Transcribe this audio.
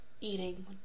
eating